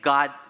God